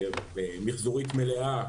נתקל במיחזורית מלאה,